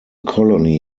colony